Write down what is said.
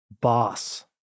boss